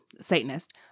Satanist